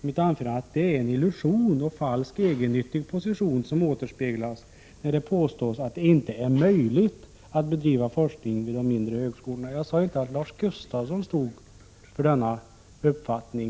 i mitt anförande att det är fråga om en illusion — och en falsk, egennyttig position — när det påstås att det inte är möjligt att bedriva forskning vid de mindre högskolorna. Jag sade inte att Lars Gustafsson stod för denna uppfattning.